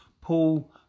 Paul